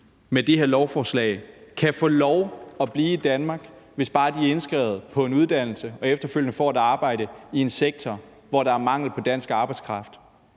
med det her lovforslag kan få lov at blive i Danmark, hvis bare de er indskrevet på en uddannelse og efterfølgende får et arbejde i en sektor, hvor der er mangel på dansk arbejdskraft,